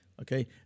Okay